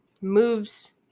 moves